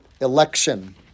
election